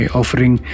offering